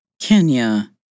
Kenya